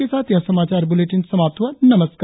इसी के साथ यह समाचार ब्रलेटिन समाप्त हुआ नमस्कार